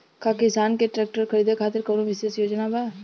का किसान के ट्रैक्टर खरीदें खातिर कउनों विशेष योजना बा?